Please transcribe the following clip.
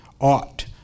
ought